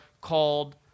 called